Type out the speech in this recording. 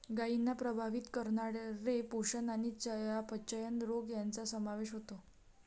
गायींना प्रभावित करणारे पोषण आणि चयापचय रोग यांचा समावेश होतो